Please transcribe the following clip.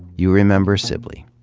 you remember sibley.